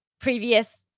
previous